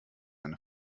eine